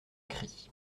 cri